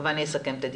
ואחר כך אסכם את הדיון.